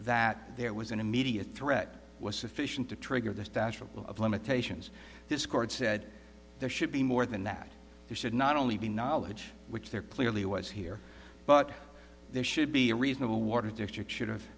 that there was an immediate threat was sufficient to trigger the statue of limitations this court said there should be more than that there should not only be knowledge which there clearly was here but there should be a reasonable water district should